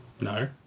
No